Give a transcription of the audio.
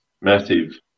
massive